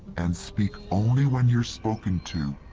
and speak only when you're spoken to!